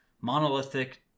monolithic